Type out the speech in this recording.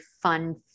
fun